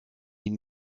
die